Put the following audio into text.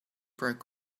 broke